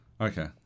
Okay